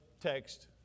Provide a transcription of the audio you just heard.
text